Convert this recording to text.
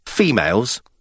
females